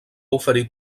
oferir